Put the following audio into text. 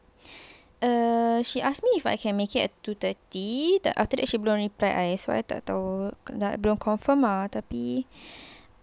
err she asked me if I can make it at two thirty then after that she belum reply I so I tak tahu belum confirm ah tapi